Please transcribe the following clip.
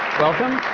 welcome.